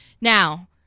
now